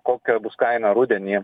kokia bus kaina rudenį